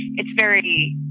it's very,